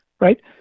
right